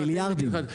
מיליארדים.